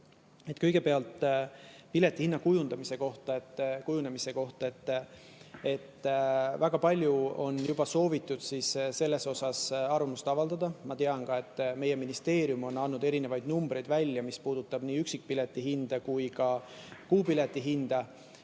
Kõigepealt piletihinna kujunemise kohta. Väga palju on juba soovitud selle kohta arvamust avaldada. Ma tean ka, et meie ministeerium on andnud välja erinevaid numbreid selle kohta, mis puudutab nii üksikpileti hinda kui ka kuupileti hinda.